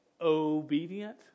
obedient